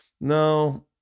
no